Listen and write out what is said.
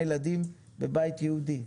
בשני ילדים בבית יהודי.